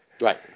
Right